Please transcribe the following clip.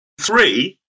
three